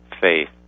faith